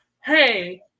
hey